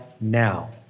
now